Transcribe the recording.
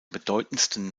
bedeutendsten